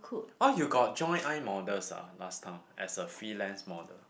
oh you got join iModels ah last time as a freelance model